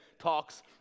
Talks